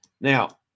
Now